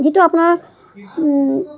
যিটো আপোনাৰ